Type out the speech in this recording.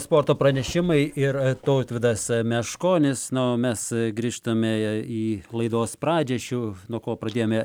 sporto pranešimai ir tautvydas meškonis na o mes grįžtame į laidos pradžią šių nuo ko pradėjome